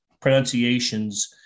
pronunciations